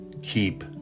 Keep